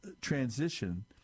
transition